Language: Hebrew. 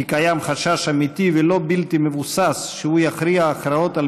כי קיים חשש אמיתי ולא בלתי מבוסס שהוא יכריע הכרעות על